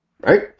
right